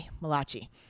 Malachi